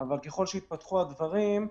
ככל שהתפתחו הדברים,